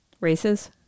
Races